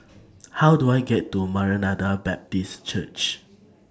How Do I get to Maranatha Baptist Church